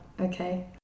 okay